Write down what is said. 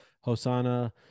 Hosanna